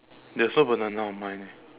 there's no banana on mine eh